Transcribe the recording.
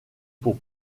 pour